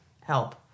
help